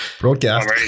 Broadcast